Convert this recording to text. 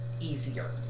easier